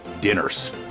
dinners